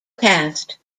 caste